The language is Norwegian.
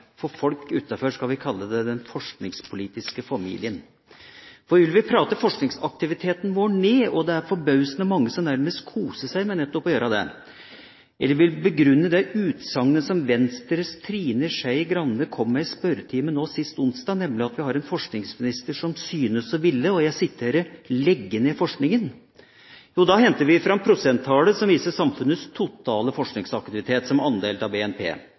for folk utenfor – skal vi kalle det – den forskningspolitiske familien. Vil vi prate forskningsaktiviteten vår ned, og det er forbausende mange som nærmest koser seg med nettopp å gjøre det, eller vil vi begrunne det utsagnet som Venstres Trine Skei Grande kom med i spørretimen nå sist onsdag, nemlig at vi har en forskningsminister som syns å ville «legge ned forskninga» – så henter vi fram prosenttallet som viser samfunnets totale forskningsaktivitet som andel av BNP,